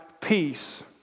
peace